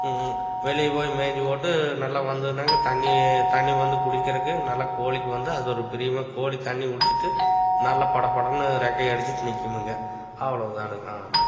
வெளியே போய் மேய்ஞ்சிப்போட்டு நல்லா வந்ததுன்னாங்க தண்ணி தண்ணி வந்து குடிக்கிறதுக்கு நல்லா கோழிக்கு வந்து அது ஒரு பிரியமாக கோழி தண்ணி குடிச்சிட்டு நல்ல படப்படன்னு றெக்கையை அடிச்சிட்டு நிற்குமுங்க அவ்வளோ தானுங்க ஆமாம்